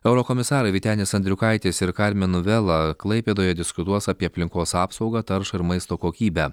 eurokomisarai vytenis andriukaitis ir karmenu vela klaipėdoje diskutuos apie aplinkos apsaugą taršą ir maisto kokybę